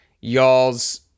y'all's